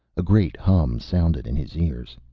a great hum sounded in his ears.